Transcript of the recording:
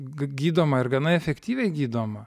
gydoma ir gana efektyviai gydoma